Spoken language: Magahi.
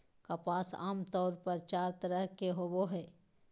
कपास आमतौर पर चार तरह के होवो हय